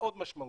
מאוד משמעותית,